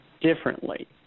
differently